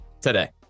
today